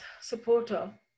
supporter